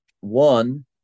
one